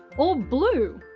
or blue,